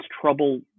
trouble